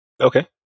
Okay